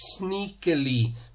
sneakily